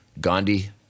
Gandhi